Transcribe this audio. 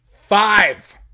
Five